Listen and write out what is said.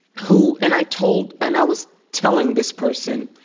who and i told and i was telling this person.